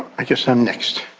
i guess i'm next.